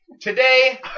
Today